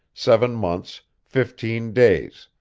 seven months, fifteen days.